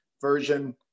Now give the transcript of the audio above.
version